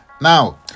Now